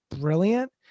brilliant